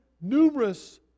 numerous